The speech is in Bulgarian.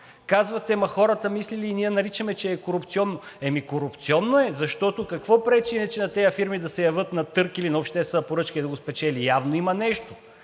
Казвате, че хората мислели и ние я наричаме, че е корупционна – ами, корупционна е, защото какво пречи на тези фирми да се явят на търг или на обществена поръчка и да я спечели. Явно има нещо.